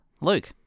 Luke